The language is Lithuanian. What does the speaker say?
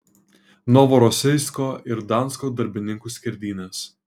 novorosijsko ir gdansko darbininkų skerdynės